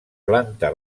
planta